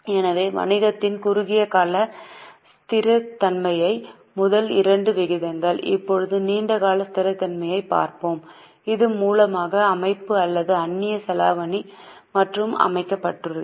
எனவே வணிகத்தின் குறுகிய கால ஸ்திரத்தன்மைக்கு முதல் இரண்டு விகிதங்கள் இப்போது நீண்ட கால ஸ்திரத்தன்மையைப் பார்ப்போம் இது மூலதன அமைப்பு அல்லது அந்நியச் செலாவணி என்றும் அழைக்கப்படுகிறது